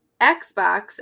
Xbox